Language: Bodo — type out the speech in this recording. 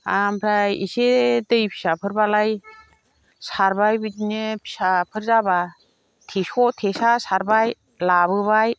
आमफ्राय इसे दै फिसाफोरब्लालाय सारबाय बिदिनो फिसाफोर जाब्ला थेस' थेसा सारबाय लाबोबाय